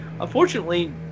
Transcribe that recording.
unfortunately